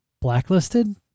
blacklisted